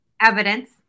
evidence